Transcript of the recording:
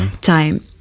time